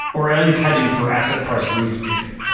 or at least hedging for asset price reflation.